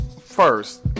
first